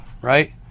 right